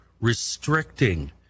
restricting